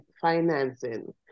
financing